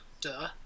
Duh